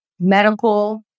medical